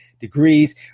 degrees